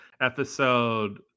episode